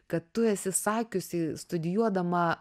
kad tu esi sakiusi studijuodama